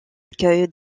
accueil